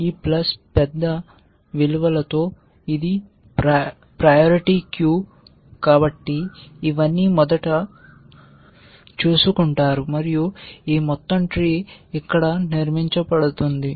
ఈ ప్లస్ పెద్ద విలువలతో ఇది ప్రయారిటీా క్యూ కాబట్టి ఇవన్నీ మొదట చూసుకుంటారు మరియు ఈ మొత్తం ట్రీ ఇక్కడ నిర్మించబడుతుంది